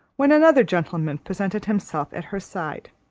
when another gentleman presented himself at her side.